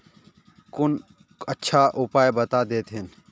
कुछ अच्छा उपाय बता देतहिन?